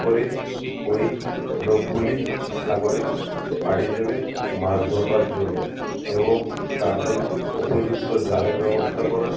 করে ওই লোকগুলি সাগরে পাড়ি দেবে মাছ ধরবার জন্য এবং তার জন্য উপযুক্ত জালের ব্যবস্থা করা